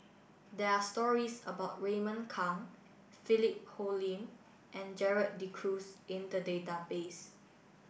there are stories about Raymond Kang Philip Hoalim and Gerald De Cruz in the database